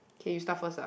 can you start first ah